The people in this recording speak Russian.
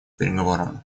переговорам